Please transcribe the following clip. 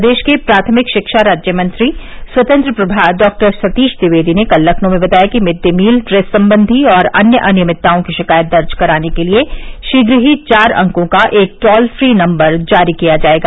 प्रदेश के प्राथमिक शिक्षा राज्य मंत्री स्वतंत्र प्रमार डॉक्टर सतीश द्विवेदी ने कल लखनऊ में बताया कि मिड डे मील इेस सम्बन्धी और अन्य अनियमितताओं की शिकायत दर्ज कराने के लिये शीघ्र ही चार अंकों का एक टोल फ्री नम्बर जारी किया जायेगा